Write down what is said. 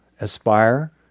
aspire